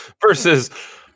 Versus